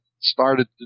started